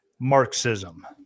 Marxism